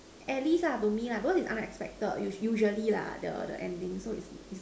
at least to me lah because it is unexpected usually the the ending so its